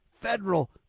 federal